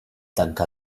tancà